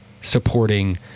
supporting